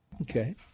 Okay